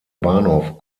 bahnhof